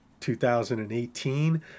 2018